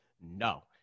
No